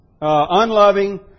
unloving